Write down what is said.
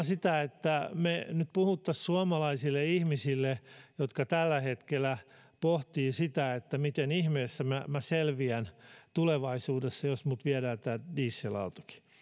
sitä että me puhuisimme nyt suomalaisille ihmisille jotka tällä hetkellä pohtivat sitä että miten ihmeessä minä minä selviän tulevaisuudessa jos minulta viedään tämä dieselautokin